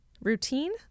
routine